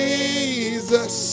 Jesus